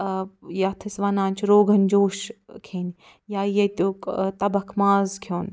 یَتھ أسۍ وَنان چھِ روگنجوش کھٮ۪نۍ یا ییٚتُک تبکھ ماز کھیوٚن